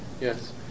Yes